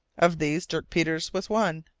of these dirk peters was one.